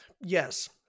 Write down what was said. yes